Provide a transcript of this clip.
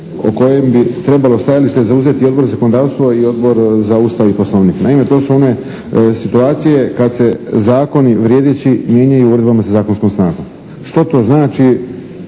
o kojem bi trebalo stajalište zauzeti Odbor za zakonodavstvo i Odbor za Ustav i Poslovnik. Naime to su one situacije kad se zakoni vrijedeći mijenjaju uredbama sa zakonskom snagom. Što to znači